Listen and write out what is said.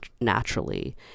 naturally